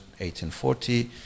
1840